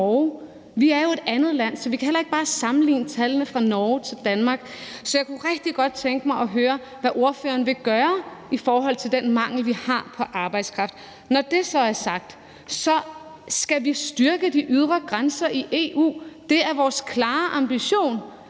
Vi er jo et andet land. Så vi kan heller ikke bare sammenligne tallene fra Norge med Danmark. Så jeg kunne rigtig godt tænke mig at høre, hvad ordføreren vil gøre ved den mangel, vi har, på arbejdskraft. Når det så er sagt, skal vi styrke de ydre grænser i EU. Det er vores klare ambition,